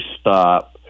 stop